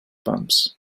bumps